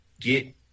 get